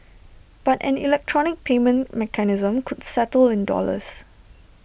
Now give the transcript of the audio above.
but an electronic payment mechanism could settle in dollars